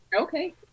Okay